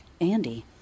Andy